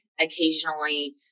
occasionally